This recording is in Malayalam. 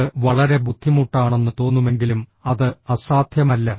ഇത് വളരെ ബുദ്ധിമുട്ടാണെന്ന് തോന്നുമെങ്കിലും അത് അസാധ്യമല്ല